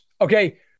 okay